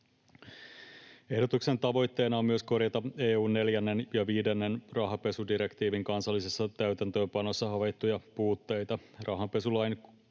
Ehdotuksen tavoitteena on myös korjata EU:n neljännen ja viidennen rahanpesudirektiivin kansallisessa täytäntöönpanossa havaittuja puutteita. Rahanpesulain